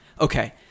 okay